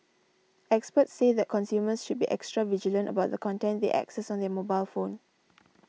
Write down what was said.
experts say that consumers should be extra vigilant about the content they access on their mobile phone